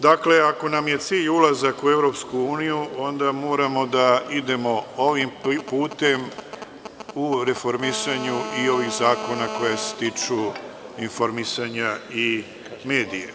Dakle, ako nam je cilj ulazak u EU, onda moramo da idemo ovim putem u reformisanju i ovih zakona koji se tiču informisanja i medija.